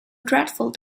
dreadful